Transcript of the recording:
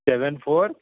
seven four